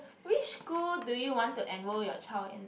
which school do you want to enrol your child in